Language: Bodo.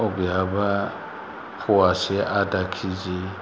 अबेयाबा फ'वासे आदा कि जि